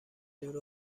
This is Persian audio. دور